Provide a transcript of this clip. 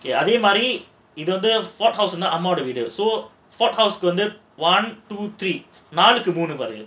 அதே மாதிரி இது வந்து:adhae maadhiri idhu vandhu one two three nodded நாளுக்கு மூணு:naalukku moonu